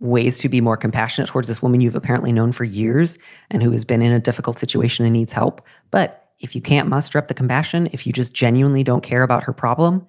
ways to be more compassionate towards this woman you've apparently known for years and who has been in a difficult situation and needs help. but if you can't muster up the compassion, if you just genuinely don't care about her problem,